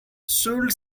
should